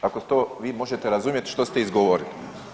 Dakle, to vi možete razumjeti što ste izgovorili.